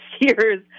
years